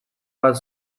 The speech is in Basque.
bat